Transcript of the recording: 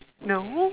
no